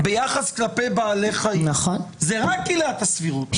ביחס לבעלי החיים, זו רק עילת הסבירות.